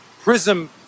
Prism